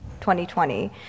2020